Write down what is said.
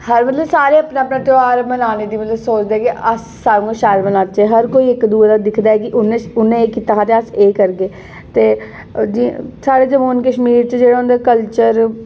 मतलब हर इक अपना अपना ध्यार मनांदे न मतलब सोचदे की अस सारें कोला शैल मनाह्चै हर कोई इक दूए दा दिखदा ऐ की उ'न्नै उ'न्नै एह् कीता हा ते अस एह् करगे ते साढ़े जम्मू कश्मीर च जेह्ड़ा होंदा कल्चर